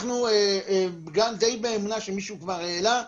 אנחנו גם די באמונה שמישהו כבר העלה,